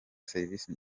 serivisi